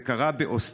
זה קרה באוסטרליה,